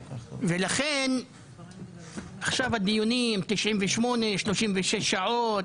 עכשיו הדיונים, 98, 36 שעות,